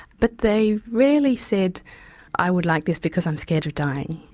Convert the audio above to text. but they rarely said i would like this because i'm scared of dying,